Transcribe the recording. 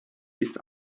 ist